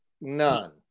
None